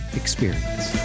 experience